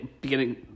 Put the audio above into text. beginning